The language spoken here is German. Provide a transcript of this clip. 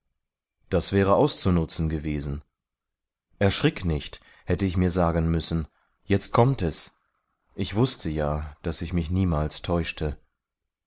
das wäre auszunutzen gewesen erschrick nicht hätte ich mir sagen müssen jetzt kommt es ich wußte ja daß ich mich niemals täuschte